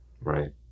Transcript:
right